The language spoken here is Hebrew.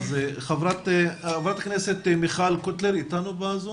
חברת הכנסת מיכל קוטלר איתנו בזום.